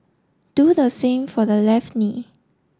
do the same for the left knee